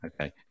Okay